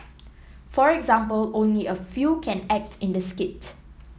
for example only a few can act in the skit